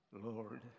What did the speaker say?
Lord